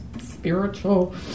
spiritual